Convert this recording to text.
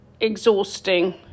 exhausting